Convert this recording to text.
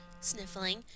sniffling